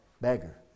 beggar